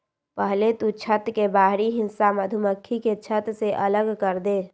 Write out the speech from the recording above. पहले तु छत्त के बाहरी हिस्सा मधुमक्खी के छत्त से अलग करदे